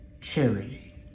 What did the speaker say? charity